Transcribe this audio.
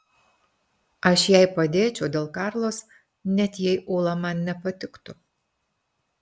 aš jai padėčiau dėl karlos net jei ula man nepatiktų